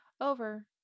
over